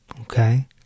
Okay